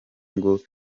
ngo